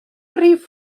rhif